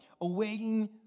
awaiting